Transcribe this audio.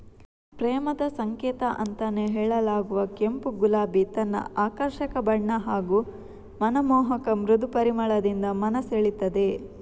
ಪ್ರೇಮದ ಸಂಕೇತ ಅಂತಾನೇ ಹೇಳಲಾಗುವ ಕೆಂಪು ಗುಲಾಬಿ ತನ್ನ ಆಕರ್ಷಕ ಬಣ್ಣ ಹಾಗೂ ಮನಮೋಹಕ ಮೃದು ಪರಿಮಳದಿಂದ ಮನ ಸೆಳೀತದೆ